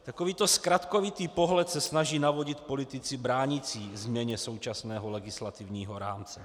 Takovýto zkratkovitý pohled se snaží navodit politici bránící změně současného legislativního rámce.